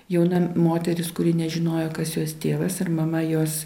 jauna moteris kuri nežinojo kas jos tėvas ir mama jos